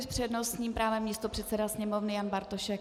S přednostním právem místopředseda Sněmovny Jan Bartošek.